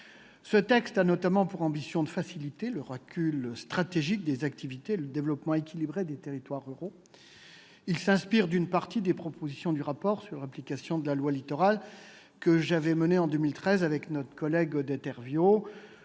Ce texte a notamment pour ambition de faciliter le recul stratégique des activités et le développement équilibré des territoires littoraux. Il s'inspire d'une partie des propositions du rapport sur l'application de la loi Littoral que j'avais rédigé, en 2013, avec notre collègue Odette Herviaux.